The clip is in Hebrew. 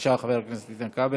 אנחנו עוברים להצעת חוק הסדרים במשק